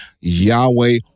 Yahweh